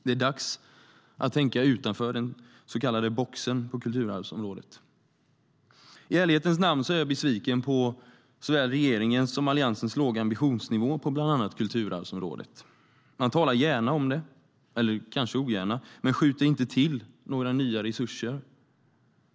Det är dags att tänka utanför den så kallade boxen på kulturarvsområdet.I ärlighetens namn är jag besviken på såväl regeringens som Alliansens låga ambitionsnivå på bland annat kulturarvsområdet. Man talar gärna om det, eller kanske ogärna, men skjuter inte till några nya resurser.